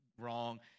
wrong